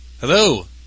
Hello